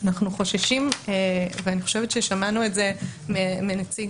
אני חושבת ששמענו מנציג